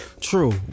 True